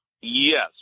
Yes